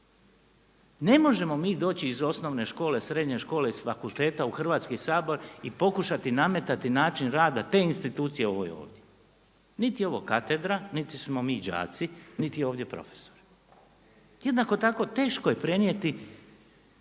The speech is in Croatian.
Ne možemo mi doći iz osnovne škole, srednje škole i s fakulteta u Hrvatski sabor i pokušati nametati način rada te institucije ovoj ovdje. Niti je ovo katedra, niti smo mi đaci, niti je ovdje profesor. Jednako tako teško je prenijeti